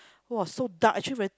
!wah! so dark actually very